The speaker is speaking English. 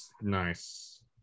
Nice